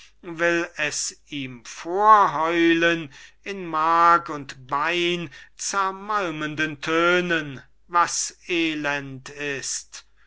ist will es ihm vorheulen in mark und bein zermalmenden tönen was elend ist und